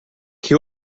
che